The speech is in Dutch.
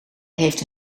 heeft